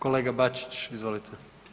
Kolega Bačić, izvolite.